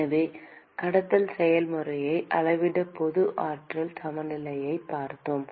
எனவே கடத்தல் செயல்முறையை அளவிட பொது ஆற்றல் சமநிலையைப் பார்த்தோம்